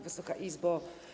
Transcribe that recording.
Wysoka Izbo!